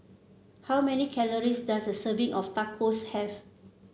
how many calories does a serving of Tacos have